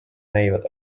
näivad